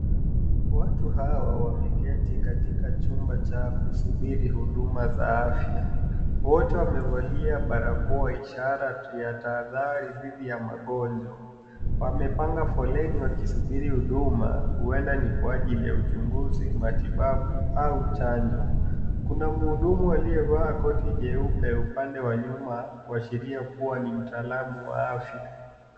Watu hawa wameketi katika chumba cha kusubiri huduma za afya. Wote wamevalia barakoa ishara ya taadhari dithi ya magonjwa. Wamepanga foleni wakisubiri huduma, huenda ni kwa ajili ya uchunguzi, matibabu au chanjo. Kuna muhudumu aliyevaa koti jeupe upande wa nyuma, kuashiria kuwa ni mtaalamu wa afya.